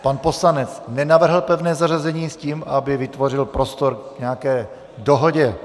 Pan poslanec nenavrhl pevné zařazení s tím, aby vytvořil prostor k nějaké dohodě.